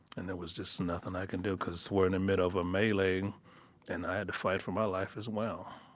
and there was just nothing i could do because we're in the middle of a melee and i had to fight for my life as well,